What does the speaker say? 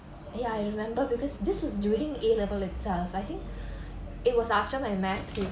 ya I remember because this was during a level itself I think it was after my math